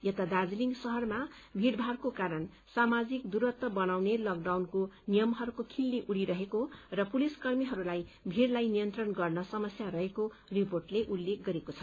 यता दार्जीलिङ शहरमा भीड़भाइको कारण सामाजिक दूरत्व बनाउने लकडाउनको नियमहरूको खिल्ली उड़िरहेको र पुलिसकर्मीहरूलाई भीड़लाई नियन्त्रण गर्न समस्या रहेको रिपोर्टले उल्लेख गरेको छ